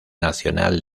nacional